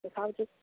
কোথাও যে